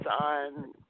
on